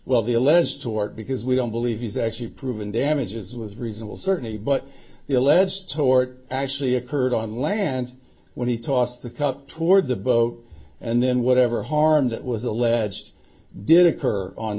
well the allez tort because we don't believe he's actually proven damages was reasonable certainly but the alleged tort actually occurred on land when he tossed the cup toward the boat and then whatever harm that was alleged did occur on